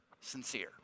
sincere